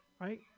right